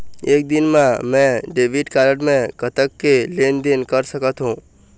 एक दिन मा मैं डेबिट कारड मे कतक के लेन देन कर सकत हो?